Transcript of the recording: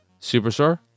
Superstar